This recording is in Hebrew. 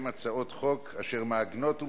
אנחנו עכשיו עוברים להצעת חוק הגנה על